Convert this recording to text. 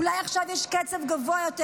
אולי עכשיו יש קצב גבוה יותר,